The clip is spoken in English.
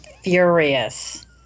furious